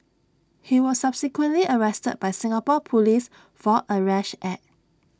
he was subsequently arrested by Singapore Police for A rash act